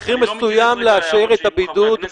אני לא מתכוון להערות שהעירו חברי הכנסת,